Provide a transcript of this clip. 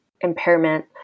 impairment